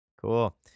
Cool